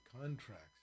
contracts